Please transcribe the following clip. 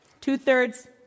Two-thirds